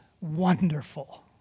wonderful